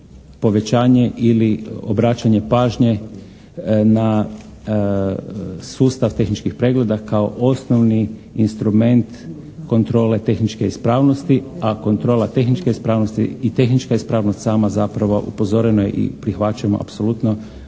povećanje ili obraćanje pažnje na sustav tehničkih pregleda kao osnovni instrument kontrole tehničke ispravnosti a kontrola tehničke ispravnosti i tehnička ispravnost sama zapravo, upozoreno je i prihvaćamo apsolutno,